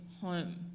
home